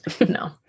No